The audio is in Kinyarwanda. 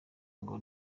ngo